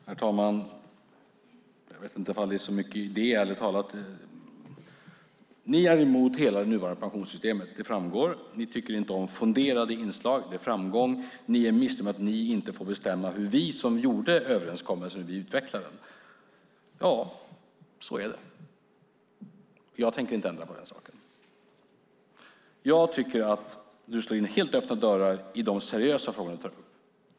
Herr talman! Jag vet inte om det är så stor idé, ärligt talat. Ni är emot hela det nuvarande pensionssystemet; det framgår. Ni tycker inte om fonderade inslag; det framgår. Ni är missnöjda med att ni inte får bestämma hur vi som gjorde överenskommelsen utvecklar den. Ja, så är det. Jag tänker inte ändra på den saken. Jag tycker att du slår in helt öppna dörrar i de seriösa frågor du tar upp.